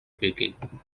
speaking